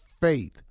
faith